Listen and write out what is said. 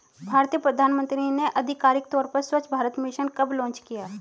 भारतीय प्रधानमंत्री ने आधिकारिक तौर पर स्वच्छ भारत मिशन कब लॉन्च किया?